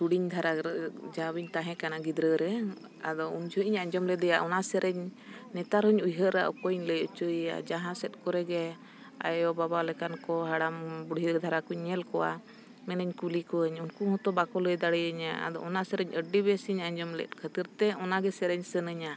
ᱦᱩᱰᱤᱧ ᱫᱷᱟᱨᱟ ᱡᱟᱣᱤᱧ ᱛᱟᱦᱮᱸ ᱠᱟᱱᱟ ᱜᱤᱫᱽᱨᱟᱹ ᱨᱮ ᱟᱫᱚ ᱩᱱ ᱡᱚᱠᱷᱚᱱ ᱤᱧ ᱟᱸᱡᱚᱢ ᱞᱮᱫᱮᱭᱟ ᱚᱱᱟ ᱥᱮᱨᱮᱧ ᱱᱮᱛᱟᱨ ᱦᱚᱸᱧ ᱩᱭᱦᱟᱹᱨᱟ ᱚᱠᱚᱭᱤᱧ ᱞᱟᱹᱭ ᱦᱚᱪᱚᱭᱮᱭᱟ ᱡᱟᱦᱟᱸ ᱥᱮᱫ ᱠᱚᱨᱮ ᱜᱮ ᱟᱭᱚᱼᱵᱟᱵᱟ ᱞᱮᱠᱟᱱ ᱠᱚ ᱦᱟᱲᱟᱢᱼᱵᱩᱰᱷᱤ ᱫᱷᱟᱨᱟ ᱠᱚᱧ ᱧᱮᱞ ᱠᱚᱣᱟ ᱢᱮᱱᱟᱹᱧ ᱠᱩᱞᱤ ᱠᱩᱣᱟᱹᱧ ᱩᱱᱠᱩ ᱦᱚᱸᱛᱚ ᱵᱟᱠᱚ ᱞᱟᱹᱭ ᱫᱟᱲᱮᱭᱟᱹᱧᱟᱹ ᱟᱫᱚ ᱚᱱᱟ ᱥᱮᱨᱮᱧ ᱟᱹᱰᱤ ᱵᱮᱥᱮᱧ ᱟᱸᱡᱚᱢ ᱞᱮᱫ ᱠᱷᱟᱹᱛᱤᱨ ᱛᱮ ᱚᱱᱟᱜᱮ ᱥᱮᱨᱮᱧ ᱥᱟᱹᱱᱟᱹᱧᱟ